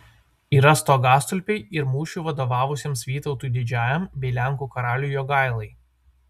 yra stogastulpiai ir mūšiui vadovavusiems vytautui didžiajam bei lenkų karaliui jogailai